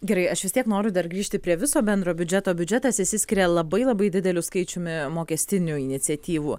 gerai aš vis tiek noriu dar grįžti prie viso bendro biudžeto biudžetas išsiskiria labai labai dideliu skaičiumi mokestinių iniciatyvų